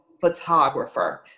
photographer